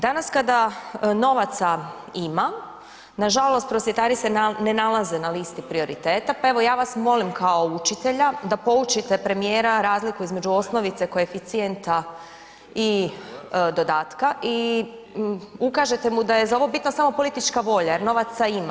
Danas kada novaca ima nažalost prosvjetari se ne nalaze na listi prioriteta, pa evo ja vas molim kao učitelja da poučite premijera razliku između osnovice koeficijenta i dodatka i ukažete mu da je za ovo bitna samo politička volja jer novaca ima.